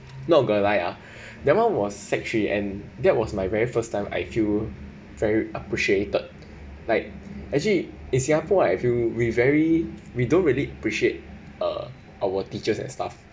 not ah that one was sec three and that was my very first time I feel very appreciated like actually in singapore like I feel we very we don't really appreciate uh our teachers and staff